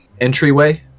entryway